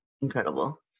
incredible